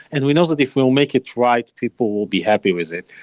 and we know that if we will make it right, people will be happy with it.